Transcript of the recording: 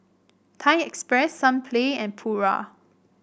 Thai Express Sunplay and Pura